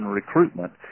recruitment